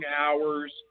hours